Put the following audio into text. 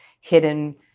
hidden